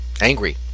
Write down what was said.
angry